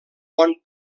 bon